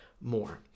more